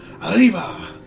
Arriba